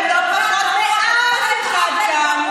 ולא פחות ממני ולא פחות מאף אחד כאן.